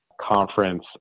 conference